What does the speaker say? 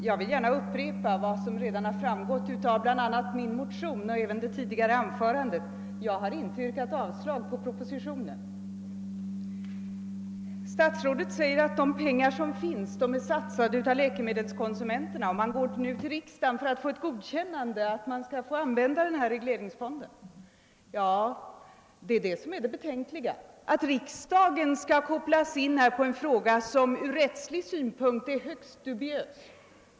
Herr talman! Jag vill upprepa vad som redan framgått av min motion och mitt tidigare anförande: Jag har inte yrkat avslag på propositionen. Statsrådet säger att de pengar som finns i regleringsfonden har satsats av läkemedelskonsumenterna och att regeringen nu går till riksdagen för att få ett godkännande av att man använder fonden. Det är just detta som är det betänkliga: att riksdagen kopplas in på en fråga som ur rättslig synpunkt är högst dubiös.